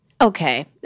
Okay